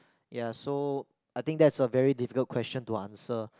ya so I think that's a very difficult question to answer